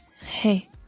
Hey